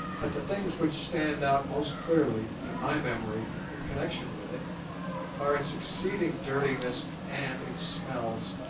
but the things which stand out most clearly in my memory in connection with it are its exceeding dirtiness and its smells.